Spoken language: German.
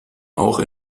auch